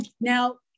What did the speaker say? now